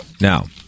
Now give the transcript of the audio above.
now